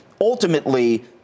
ultimately